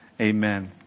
amen